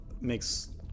makes